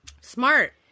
Smart